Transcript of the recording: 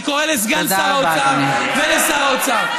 אני קורא לסגן שר האוצר ולשר האוצר,